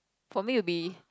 for me will be